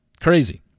crazy